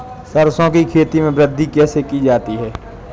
सरसो की खेती में वृद्धि कैसे की जाती है?